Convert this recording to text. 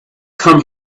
come